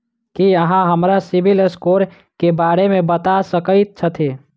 की अहाँ हमरा सिबिल स्कोर क बारे मे बता सकइत छथि?